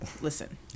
Listen